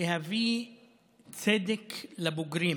להביא צדק לבוגרים,